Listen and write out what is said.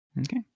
Okay